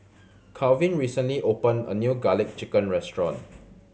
Kalvin recently opened a new Garlic Chicken restaurant